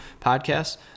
podcasts